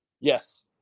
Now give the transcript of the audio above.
Yes